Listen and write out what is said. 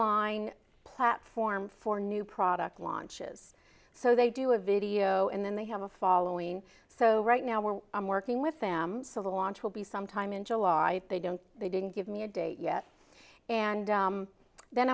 online platform for new product launches so they do a video and then they have a following so right now we're working with them so the launch will be sometime in july they don't they didn't give me a date yet and then